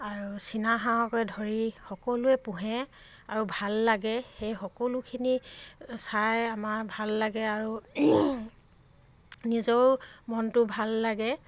আৰু চীনাহাঁহকে ধৰি সকলোৱে পোহে আৰু ভাল লাগে সেই সকলোখিনি চাই আমাৰ ভাল লাগে আৰু নিজৰো মনটো ভাল লাগে